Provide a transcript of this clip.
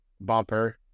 bumper